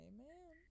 Amen